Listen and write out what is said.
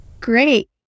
Great